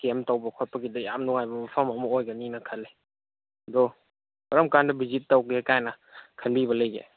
ꯀꯦꯝ ꯇꯧꯕ ꯈꯣꯠꯄꯒꯤꯗ ꯌꯥꯝ ꯅꯨꯡꯉꯥꯏꯕ ꯃꯐꯝ ꯑꯃ ꯑꯣꯏꯒꯅꯤꯅ ꯈꯜꯂꯦ ꯑꯗꯣ ꯀꯔꯝ ꯀꯥꯟꯗ ꯕꯤꯖꯤꯠ ꯇꯧꯒꯦ ꯀꯥꯏꯅ ꯈꯟꯕꯤꯕ ꯂꯩꯒꯦ